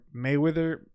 Mayweather